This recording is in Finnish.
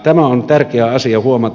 tämä on tärkeä asia huomata